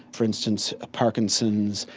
for instance, ah parkinson's,